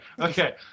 Okay